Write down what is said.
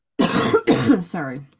sorry